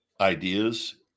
ideas